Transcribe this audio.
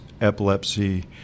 epilepsy